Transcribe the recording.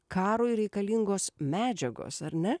karui reikalingos medžiagos ar ne